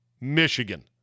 Michigan